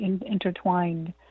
intertwined